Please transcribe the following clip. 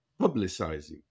publicizing